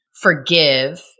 forgive